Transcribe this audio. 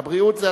והבריאות.